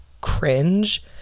cringe